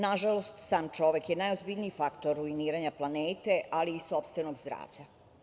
Nažalost, sam čovek je najozbiljniji faktor ruiniranja planete, ali i sopstvenog zdravlja.